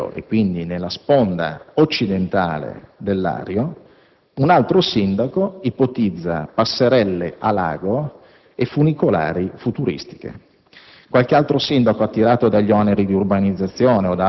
perché esattamente di fronte a Blevio, e quindi sulla sponda occidentale del Lario, un altro sindaco ipotizza passerelle a lago e funicolari futuristiche.